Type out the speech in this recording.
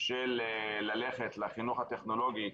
של הליכה לחינוך הטכנולוגי,